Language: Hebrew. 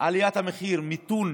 עליית המחירים, מיתון